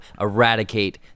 eradicate